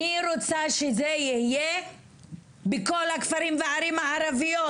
אני רוצה שזה יהיה בכל הכפרים והערים הערביים.